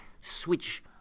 switch